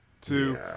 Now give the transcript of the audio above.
two